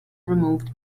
removed